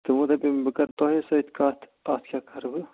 تہٕ وۅنۍ دَپٮ۪و مےٚ بہٕ کَرٕ تۅہے سۭتۍ کَتھ اَتھ کیٛاہ کَرٕ بہٕ